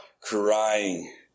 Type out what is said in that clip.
crying